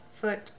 foot